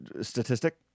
statistic